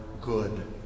good